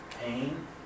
pain